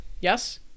Yes